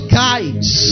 guides